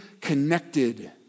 connected